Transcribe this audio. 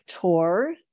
tour